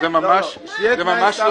זה ממש לא